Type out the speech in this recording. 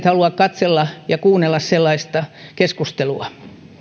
halua katsella ja kuunnella sellaista keskustelua